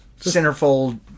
centerfold